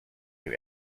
you